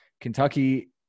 Kentucky